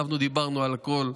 ישבנו ודיברנו על הכול,